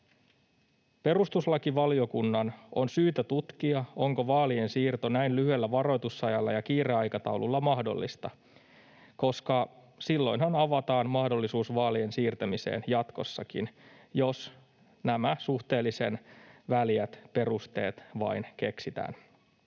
Perustuslakivaliokunnan on syytä tutkia, onko vaalien siirto näin lyhyellä varoitusajalla ja kiireaikataululla mahdollista, koska silloinhan avataan mahdollisuus vaalien siirtämiselle jatkossakin, jos nämä suhteellisen väljät perusteet vain keksitään.